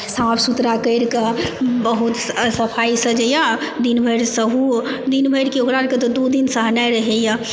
साफ सुथरा करिके बहुत सफाइसँ जे यऽ दिन भरि सहु दिन भरि कि ओकरा आरके तऽ दू दिन सहनाइ रहैया